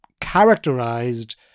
characterized